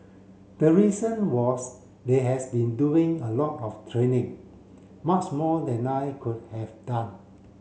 the reason was they has been doing a lot of training much more than I could have done